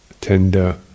tender